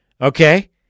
okay